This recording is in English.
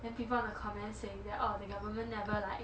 then people in the comments saying that orh the government never like